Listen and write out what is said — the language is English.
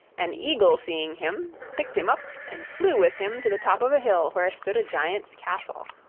an eagle seeing him, picked him up and flew with him to the top of a hill where stood a giant's castle.